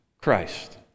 Christ